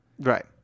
Right